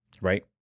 Right